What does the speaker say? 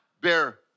bear